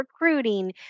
recruiting